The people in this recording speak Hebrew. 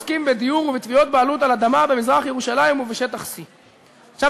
העוסקים בדיור ובתביעות בעלות על אדמה במזרח-ירושלים ובשטח C. עכשיו,